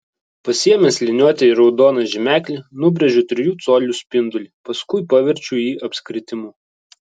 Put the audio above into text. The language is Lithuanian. pasiėmęs liniuotę ir raudoną žymeklį nubrėžiu trijų colių spindulį paskui paverčiu jį apskritimu